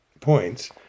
points